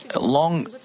long